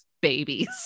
babies